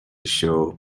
show